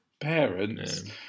parents